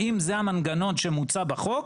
האם זה המנגנון שמוצע בחוק?